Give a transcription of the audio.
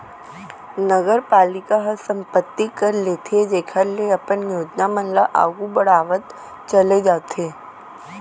नगरपालिका ह संपत्ति कर लेथे जेखर ले अपन योजना मन ल आघु बड़हावत चले जाथे